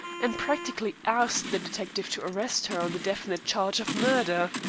and practically asked the detective to arrest her on the definite charge of murder.